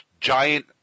giant